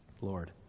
Lord